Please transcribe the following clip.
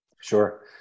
Sure